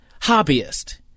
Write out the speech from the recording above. hobbyist